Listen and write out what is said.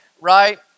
right